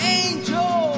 angel